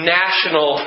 national